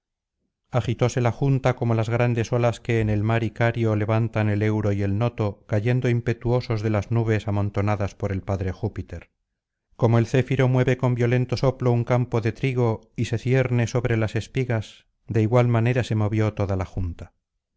agitóse la junta como las grandes olas que en el mar icario levantan el euro y el noto cayendo impetuosos de las nubes amontonadas por el padre júpiter como el céfiro mueve con violento soplo un campo de trigo y se cierne sobre las espigas de igual manera se movió toda la junta